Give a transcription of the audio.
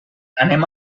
anem